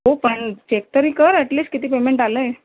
हो पण चेक तरी कर ॲटलिस्ट किती पेमेंट आलं आहे